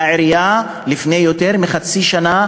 והעירייה עשתה את זה לפני יותר מחצי שנה,